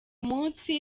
munsi